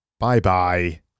Bye-bye